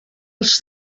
els